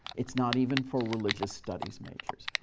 it's not even for religious studies majors.